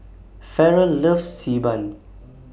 Ferrell loves Xi Ban